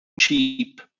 cheap